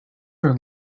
are